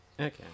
Okay